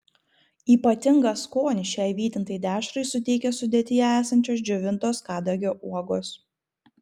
ypatingą skonį šiai vytintai dešrai suteikia sudėtyje esančios džiovintos kadagio uogos